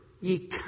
ye